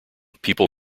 people